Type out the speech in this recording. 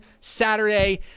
Saturday